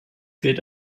gilt